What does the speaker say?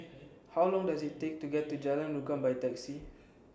How Long Does IT Take to get to Jalan Rukam By Taxi